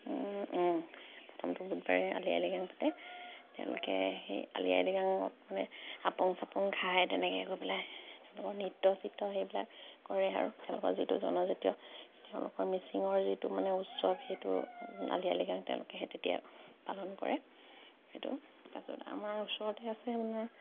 প্ৰথমটো বুধবাৰে আলি আই লিগাং পাতে তেওঁলোকে সেই আলি আই লিগাঙত মানে আপং চাপং খাই তেনেকে গৈ পেলাই তেওঁলোকৰ নৃত্য চিত্য সেইবিলাক কৰে আৰু তেওঁলোকৰ যিটো জনজাতীয় তেওঁলোকৰ মিচিঙৰ যিটো মানে উৎসৱ সেইটো আলি আই লিগাং তেওঁলোকে তেতিয়া পালন কৰে সেইটো তাৰপিছত আমাৰ ওচৰতে আছে আপোনাৰ